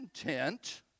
intent